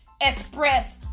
Express